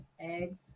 eggs